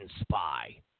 spy